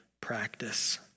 practice